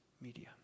media